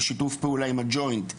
בשיתוף פעולה עם הג'וינט ומד"א,